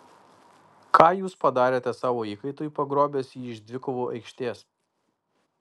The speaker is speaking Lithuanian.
ką jūs padarėte savo įkaitui pagrobęs jį iš dvikovų aikštės